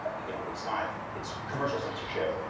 ah you know it's not, it's commercial censorship.